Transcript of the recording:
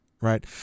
right